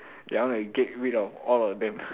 ya I want to get rid of all of them